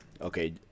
Okay